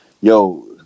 Yo